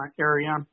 area